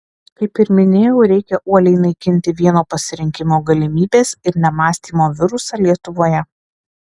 kaip ir minėjau reikia uoliai naikinti vieno pasirinkimo galimybės ir nemąstymo virusą lietuvoje